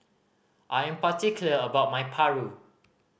I am particular about my paru